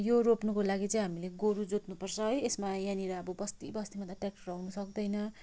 यो रोप्नुको लागि चाहिँ हामीले गोरु जोत्नु पर्छ है यसमा यहाँनिर अब बस्ती बस्तीमा त ट्य्राक्टर आउनु सक्दैन